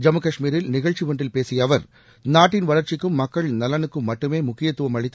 ஜம்மு கஷ்மீரில் நிகழ்ச்சி ஒன்றில் பேசிய அவா் நாட்டின் வளா்ச்சிக்கும் மக்கள் நலனுக்கும் மட்டுமே முக்கியத்துவம் அளித்து